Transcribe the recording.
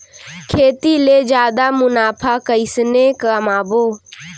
खेती ले जादा मुनाफा कइसने कमाबो?